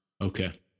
Okay